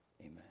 amen